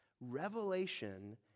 Revelation